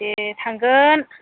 दे थांगोन